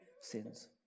sins